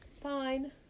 fine